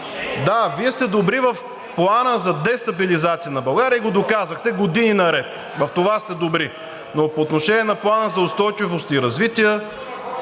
Да, Вие сте добри в Плана за дестабилизация на България и го доказахте години наред. В това сте добри, но по отношение на Плана за устойчивост и развитие,